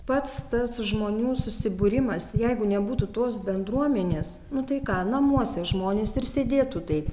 pats tas žmonių susibūrimas jeigu nebūtų tos bendruomenės nu tai ką namuose žmonės ir sėdėtų taip